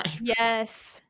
Yes